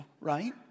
right